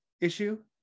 issue